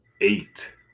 eight